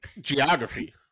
geography